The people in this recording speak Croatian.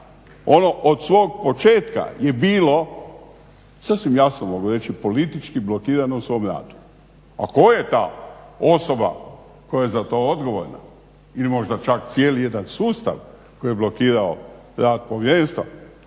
ono od svog početka je bilo sasvim jasno mogu reći politički blokirano u svom radu. A tko je ta osoba koja je za to odgovorna ili možda čak cijeli jedan sustav koji je blokirao rad povjerenstva